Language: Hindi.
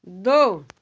दो